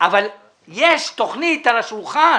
אבל יש תוכנית על השולחן.